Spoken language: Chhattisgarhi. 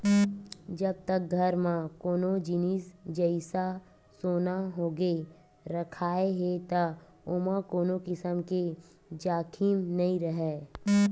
जब तक घर म कोनो जिनिस जइसा सोना होगे रखाय हे त ओमा कोनो किसम के जाखिम नइ राहय